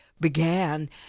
began